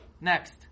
Next